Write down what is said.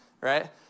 right